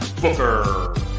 Booker